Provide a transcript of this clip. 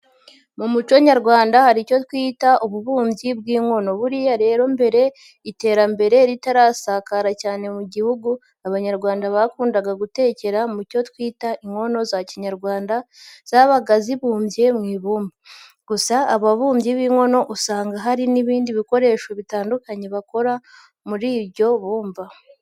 Mu muco nyarwanda hari icyo twita ububumbyi bw'inkono. Buriya rero mbere iterambere ritarasakara cyane mu gihugu, abanyarwanda bakundaga gutekera mu cyo twita inkono za Kinyarwanda zabaga zibumbye mu ibumba. Gusa ababumbyi b'inkono usanga hari n'ibindi bikoresho bitandukanye bakora muri iryo bumba.